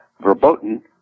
verboten